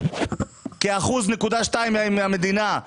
כ-1.2 אחוז מהמדינה.